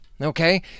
Okay